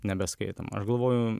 nebeskaitom aš galvoju